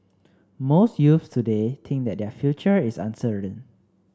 most youths today think that their future is uncertain